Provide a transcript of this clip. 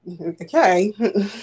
Okay